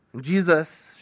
Jesus